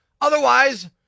Otherwise